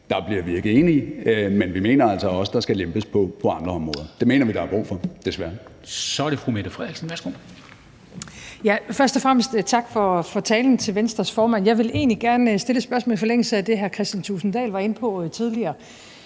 Der bliver vi ikke enige, men vi mener altså også, at der skal lempes på andre områder. Det mener vi der er brug for, desværre. Kl. 13:54 Formanden (Henrik Dam Kristensen): Så er det fru Mette Frederiksen. Værsgo. Kl. 13:54 Mette Frederiksen (S): Først og fremmest tak for talen til Venstres formand. Jeg vil egentlig gerne stille et spørgsmål i forlængelse af det, hr. Kristian Thulesen Dahl var inde på tidligere.